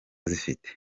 zifite